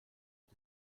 das